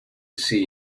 see